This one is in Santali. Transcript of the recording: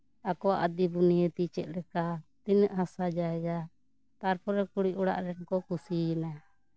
ᱟᱠᱚᱣᱟᱜ ᱟᱫᱤ ᱵᱩᱱᱤᱭᱟᱫᱤ ᱪᱮᱫ ᱞᱮᱠᱟ ᱛᱤᱱᱟᱹᱜ ᱦᱟᱥᱟ ᱡᱟᱭᱜᱟ ᱛᱟᱨᱯᱚᱨᱮ ᱠᱩᱲᱤ ᱚᱲᱟᱜ ᱨᱮᱱ ᱠᱚ ᱠᱩᱥᱤᱭᱮᱱᱟ